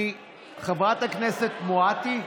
חברת הכנסת מואטי,